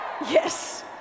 Yes